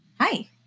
Hi